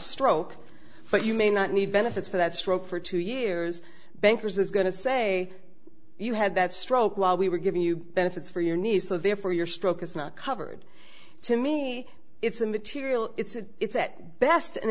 stroke but you may not need benefits for that stroke for two years banker's is going to say you had that stroke while we were giving you benefits for your knees so therefore your stroke is not covered to me it's immaterial it's at best an